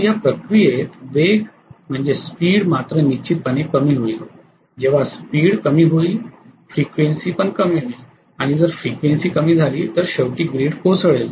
परंतु या प्रक्रियेत वेग मात्र निश्चितपणे कमी होईल जेव्हा स्पीड कमी होईल फ्रिक्वेन्सी पण कमी होईल आणि जर फ्रिक्वेन्सी कमी झाली तर शेवटी ग्रीड कोसळेल